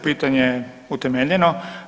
Pitanje je utemeljeno.